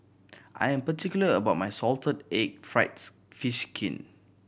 I am particular about my salted egg fried fish skin